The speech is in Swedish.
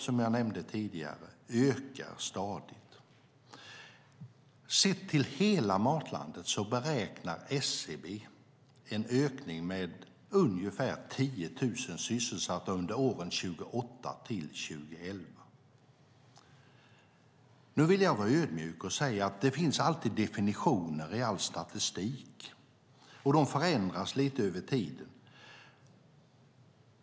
Som jag nämnde tidigare ökar exporten stadigt. Sett till hela Matlandet har SCB räknat med en ökning med ungefär 10 000 sysselsatta under åren 2008-2011. Nu vill jag vara ödmjuk och säga att det finns alltid definitioner i all statistik, och de förändras över tiden.